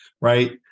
Right